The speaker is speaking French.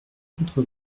quatre